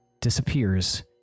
disappears